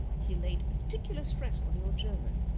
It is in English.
he laid particular stress on your german,